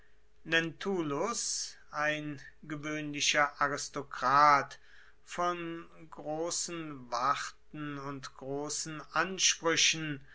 lentulus ein gewöhnlicher aristokrat von großen warten und großen ansprüchen